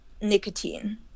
nicotine